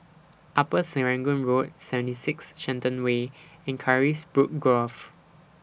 Upper Serangoon Road seventy six Shenton Way and Carisbrooke Grove